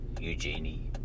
Eugenie